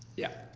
yeah,